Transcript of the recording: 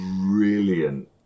brilliant